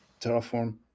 Terraform